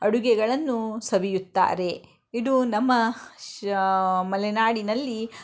ಅಡುಗೆಗಳನ್ನು ಸವಿಯುತ್ತಾರೆ ಇದು ನಮ್ಮ ಶ ಮಲೆನಾಡಿನಲ್ಲಿ